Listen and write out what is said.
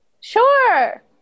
Sure